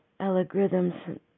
algorithms